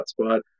hotspot